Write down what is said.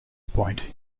point